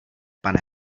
pane